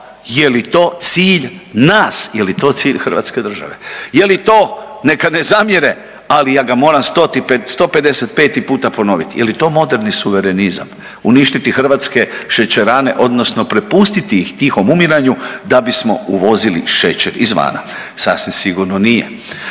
je li to cilj nas, je li to cilj hrvatske države? Je li to, neka ne zamjere ali ja ga moram stoti, stopedesetpeti puta ponoviti, je li moderni suverenizam, uništiti hrvatske šećerane odnosno prepustiti ih tihom umiranju da bismo uvozili šećer izvana? Sasvim sigurno nije.